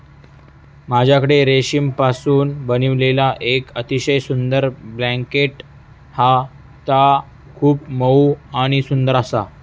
माझ्याकडे रेशीमपासून बनविलेला येक अतिशय सुंदर ब्लँकेट हा ता खूप मऊ आणि सुंदर आसा